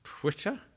Twitter